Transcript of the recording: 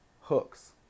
hooks